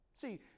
See